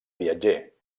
viatger